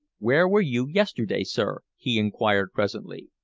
where were you yesterday, sir? he inquired presently.